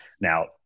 Now